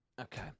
Okay